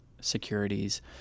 securities